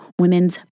women's